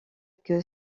que